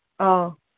ꯑꯥꯎ